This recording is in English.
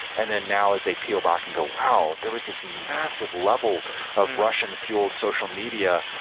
and then now as they peel back and go, wow! there was this massive level of russian fueled social media.